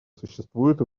существует